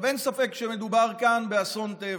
אין ספק שמדובר כאן באסון טבע.